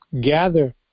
gather